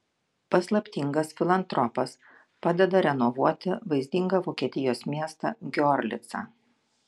paslaptingas filantropas padeda renovuoti vaizdingą vokietijos miestą giorlicą